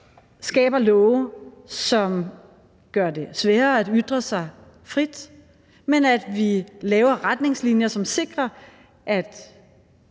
skaber love, som gør det sværere at ytre sig frit, men at vi laver retningslinjer, som sikrer, at